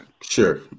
Sure